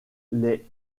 les